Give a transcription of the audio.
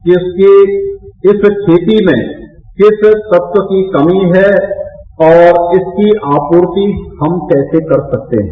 कि उसकी इस खेती में किस तत्व की कमी है और इसकी आपूर्ति हम कैसे कर सकते है